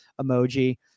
emoji